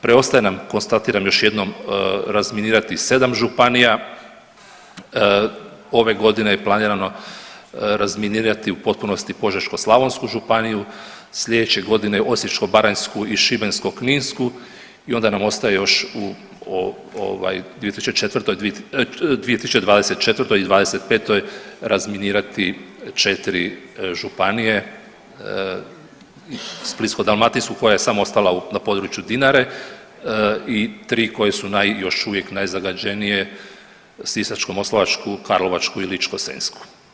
Preostaje nam konstatiram još jednom, razminirati 7 županije, ove godine je planirano razminirati u potpunosti Požeško-slavonsku županiju, slijedeće godine Osječko-baranjsku i Šibensko-kninsku i onda nam ostaje još u ovaj 2004., 2024. i '25. razminirati 4 županije, Splitsko-dalmatinsku koja je samo ostala na području Dinare i 3 koje su naj još uvijek najzagađenije Sisačko-moslavačku, Karlovačku i Ličko-senjsku.